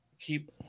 keep